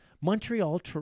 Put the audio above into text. Montreal